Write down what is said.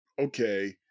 Okay